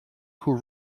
who